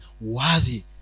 Worthy